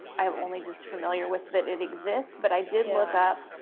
i'm only just familiar with that it exists, but i did look up,